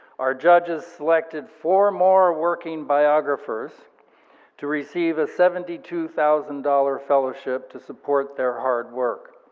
our judges selected four more working biographers to receive a seventy two thousand dollars fellowship to support their hard work.